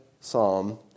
psalm